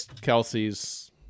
Kelsey's